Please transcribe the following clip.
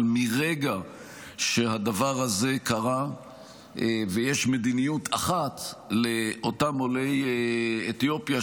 אבל מרגע שהדבר הזה קרה ויש מדיניות אחת לאותם עולי אתיופיה,